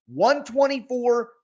124